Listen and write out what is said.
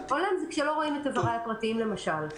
הולם זה כשלא רואים את איבריי הפרטיים למשל,